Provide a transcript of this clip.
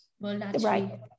Right